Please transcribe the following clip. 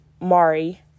Mari